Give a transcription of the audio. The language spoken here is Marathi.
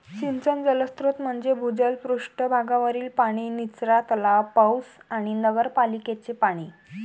सिंचन जलस्रोत म्हणजे भूजल, पृष्ठ भागावरील पाणी, निचरा तलाव, पाऊस आणि नगरपालिकेचे पाणी